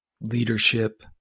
leadership